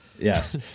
Yes